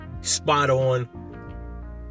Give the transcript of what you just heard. spot-on